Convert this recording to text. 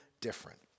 different